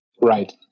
Right